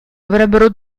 avrebbero